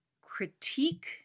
critique